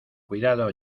cuidado